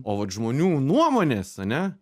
o vat žmonių nuomonės ane